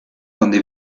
donde